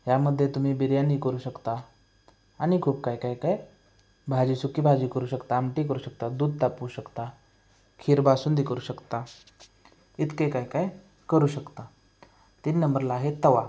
ह्यामध्ये तुम्ही बिर्याणी करू शकता आणि खूप काय काय काय भाजी सुकी भाजी करू शकता आमटी करू शकता दूध तापवू शकता खीर बासुंदी करू शकता इतके काय काय करू शकता तीन नंबरला आहे तवा